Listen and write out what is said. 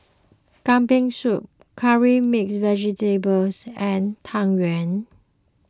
Kambing Soup Curry Mixed Vegetable and Tang Yuen